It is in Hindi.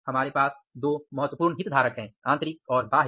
हमारे पास दो महत्वपूर्ण हितधारक हैं आतंरिक और बाह्य